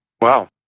Wow